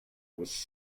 was